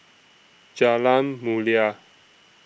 Jalan Mulia